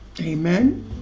Amen